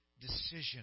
decision